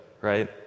right